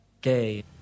gay